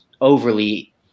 overly